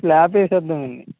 slab వేసేద్దాము అండి